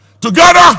Together